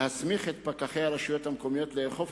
להסמיך את פקחי הרשויות המקומיות לאכוף